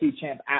champ